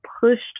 pushed